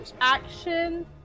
action